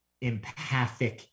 empathic